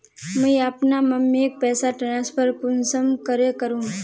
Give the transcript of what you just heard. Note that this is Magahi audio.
मुई अपना मम्मीक पैसा ट्रांसफर कुंसम करे करूम?